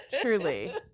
truly